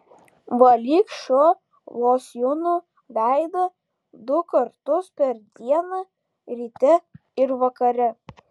valyk šiuo losjonu veidą du kartus per dieną ryte ir vakare